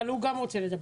אבל הוא גם רוצה לדבר.